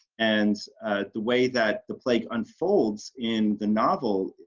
and the way that the plague unfolds in the novel,